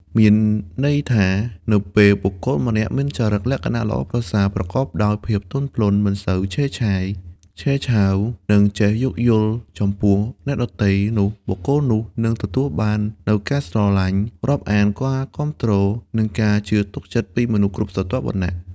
មានន័យថា នៅពេលបុគ្គលម្នាក់មានចរិតលក្ខណៈល្អប្រសើរ ប្រកបដោយភាពទន់ភ្លន់ មិនឆេវឆាវ និងចេះយោគយល់ចំពោះអ្នកដទៃ នោះបុគ្គលនោះនឹងទទួលបាននូវការស្រឡាញ់រាប់អាន ការគាំទ្រ និងការជឿទុកចិត្តពីមនុស្សគ្រប់ស្រទាប់វណ្ណៈ។